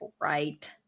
right